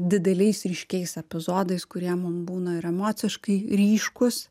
dideliais ryškiais epizodais kurie mum būna ir emociškai ryškūs